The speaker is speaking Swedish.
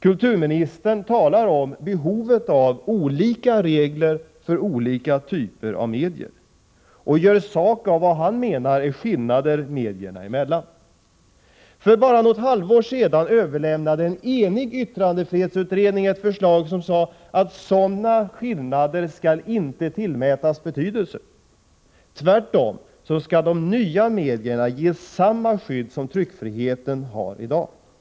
Kulturministern talar om behovet av olika regler för olika typer av medier och gör sak av vad han menar är skillnader medierna emellan. För bara något halvår sedan överlämnade en enig yttrandefrihetsutredning ett förslag som sade att sådana skillnader inte skulle tillmätas betydelse. Tvärtom skulle de nya medierna ges samma skydd som tryckfriheten har i dag.